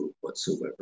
whatsoever